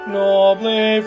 nobly